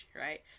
right